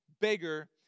bigger